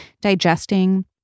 digesting